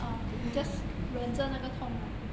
orh 你 just 忍着那个痛啊